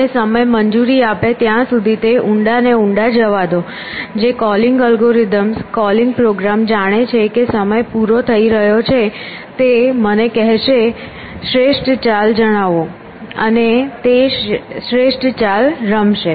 અને સમય મંજૂરી આપે ત્યાં સુધી તે ઊંડા અને ઊંડા જવા દો જો કોલિંગ અલ્ગોરિધમ કોલિંગ પ્રોગ્રામ જાણે છે કે સમય પૂરો થઈ રહ્યો છે તે મને કહેશે શ્રેષ્ઠ ચાલ જણાવો અને તે શ્રેષ્ઠ ચાલ રમશે